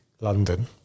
London